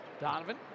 Donovan